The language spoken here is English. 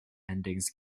endings